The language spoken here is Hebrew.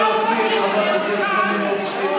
נא להוציא את חברת הכנסת מלינובסקי.